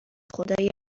خدای